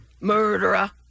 murderer